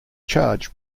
charge